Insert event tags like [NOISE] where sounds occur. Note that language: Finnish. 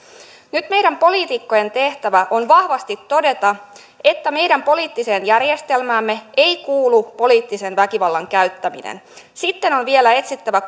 nyt meidän poliitikkojen tehtävä on vahvasti todeta että meidän poliittiseen järjestelmäämme ei kuulu poliittisen väkivallan käyttäminen sitten on vielä etsittävä [UNINTELLIGIBLE]